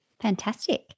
Fantastic